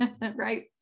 right